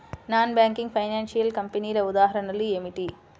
Non banking financial కంపెనీల ఉదాహరణలు ఏమిటి?